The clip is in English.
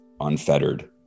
unfettered